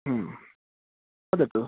ह्म् वदतु